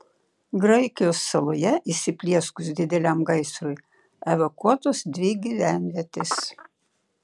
graikijos saloje įsiplieskus dideliam gaisrui evakuotos dvi gyvenvietės